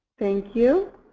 thank you.